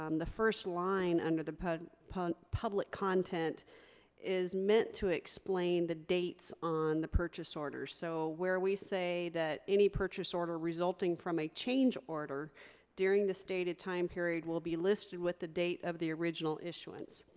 um the first line under the public public content is meant to explain the dates on the purchase order. so where we say that any purchase order resulting from a change order during the stated time period will be listed with the date of the original issuance.